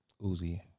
Uzi